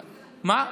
מה,